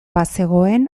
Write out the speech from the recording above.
bazegoen